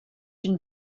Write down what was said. une